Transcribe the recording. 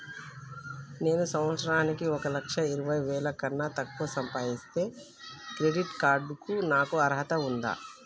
నేను సంవత్సరానికి ఒక లక్ష ఇరవై వేల కన్నా తక్కువ సంపాదిస్తే క్రెడిట్ కార్డ్ కు నాకు అర్హత ఉందా?